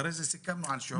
אחרי זה סיכמנו על שיעור.